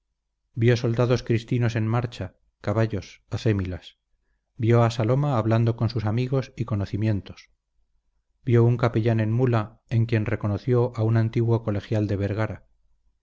vio soldados cristinos en marcha caballos acémilas vio a saloma hablando con sus amigos y conocimientos vio un capellán en mula en quien reconoció a un antiguo colegial de vergara